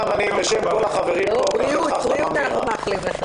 בשם כל החברים פה אני מאחל לך החלמה מהירה.